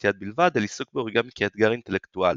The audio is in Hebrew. כמלאכת-יד בלבד אל עיסוק באוריגמי כאתגר אינטלקטואלי.